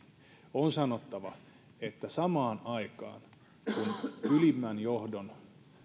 on sanottava että samaan aikaan kun ylimmän johdon